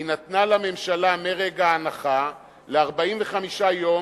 היא נתנה לממשלה מרגע ההנחה ל-45 יום,